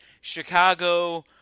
Chicago –